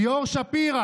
העוזר ליאור שפירא